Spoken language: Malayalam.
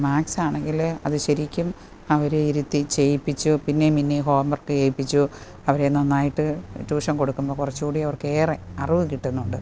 മാത്സാണെങ്കിൽ അത് ശരിക്കും അവരെ ഇരുത്തി ചെയ്യിപ്പിച്ചു പിന്നേയും പിന്നേയും ഹോം വർക്ക് ചെയ്യിപ്പിച്ചു അവരെ നന്നായിട്ട് ട്യൂഷൻ കൊടുക്കുമ്പോൾ കുറച്ചുകൂടി അവർക്കേറെ അറിവ് കിട്ടുന്നുണ്ട്